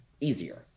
easier